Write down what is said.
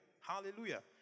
Hallelujah